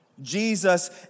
Jesus